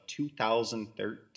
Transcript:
2013